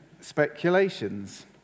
speculations